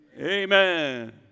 amen